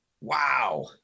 wow